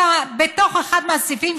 באחד מהסעיפים,